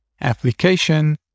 application